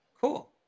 Cool